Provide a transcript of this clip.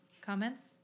Comments